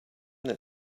that